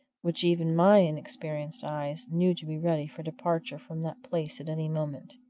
which even my inexperienced eyes knew to be ready for departure from that place at any moment.